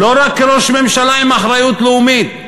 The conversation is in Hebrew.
לא רק כראש ממשלה עם אחריות לאומית,